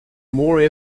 more